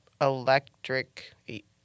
electric